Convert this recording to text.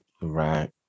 Right